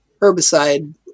herbicide